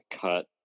cut